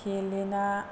Helena